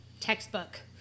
textbook